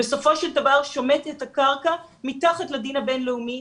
בסופו של דבר שומט את הקרקע מתחת לדין הבין-לאומי,